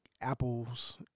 apples